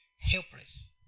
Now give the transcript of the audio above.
helpless